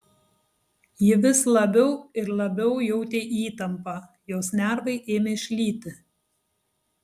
ji vis labiau ir labiau jautė įtampą jos nervai ėmė šlyti